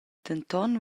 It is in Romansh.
denton